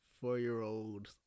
four-year-old